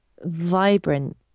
vibrant